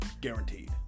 guaranteed